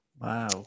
wow